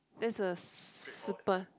this is a super